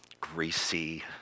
Greasy